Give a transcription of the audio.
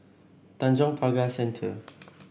Tanjong Pagar Centre